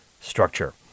structure